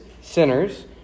sinners